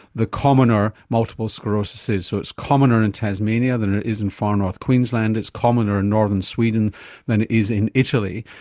the commoner multiple sclerosis is. so it's commoner in tasmania than it is in far north queensland, it's commoner in northern sweden than it is in italy.